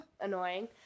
Annoying